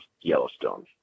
Yellowstone